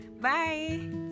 Bye